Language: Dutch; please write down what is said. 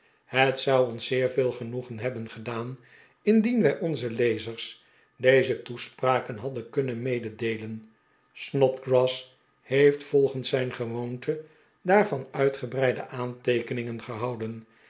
het zou ons zeer veel genoegen hebben gedaan indien wij onzen lezers deze toespraken hadden kunnen mededeelen snodgrass heeft volgens zijn gewoonte daarvan uitgebreide aanteekeningen gehouden